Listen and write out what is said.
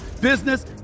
business